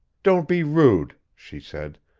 don't be rude, she said.